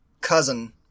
cousin